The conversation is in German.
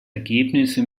ergebnisse